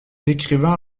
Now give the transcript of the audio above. écrivains